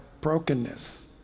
brokenness